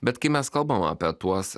bet kai mes kalbam apie tuos